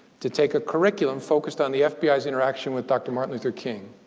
to take a curriculum focused on the fbi's interaction with dr. martin luther king.